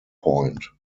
point